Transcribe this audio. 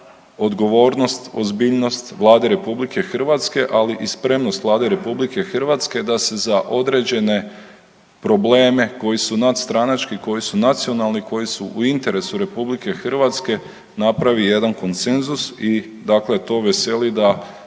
odgovornost, ozbiljnost Vlade RH ali i spremnost Vlade RH da se za određene probleme koji su nadstranački, koji su nacionalni, koji su interesu RH napravi jedan konsenzus i dakle to veseli da